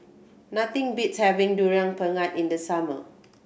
nothing beats having Durian Pengat in the summer